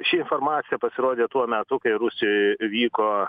ši informacija pasirodė tuo metu kai rusijoj vyko